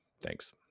Thanks